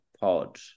pod